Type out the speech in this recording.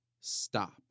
Stop